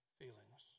feelings